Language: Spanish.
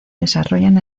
desarrollan